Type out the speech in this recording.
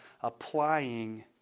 applying